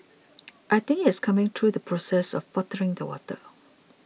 I think it is coming through the process of bottling the water